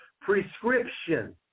prescription